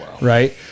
right